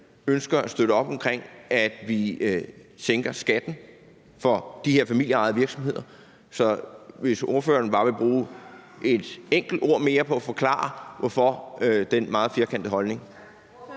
ønsker at støtte op omkring, at vi sænker skatten for de her familieejede virksomheder. Så vil ordføreren bare bruge et enkelt ord mere på at forklare, hvorfor man har den meget firkantede holdning?